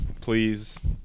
please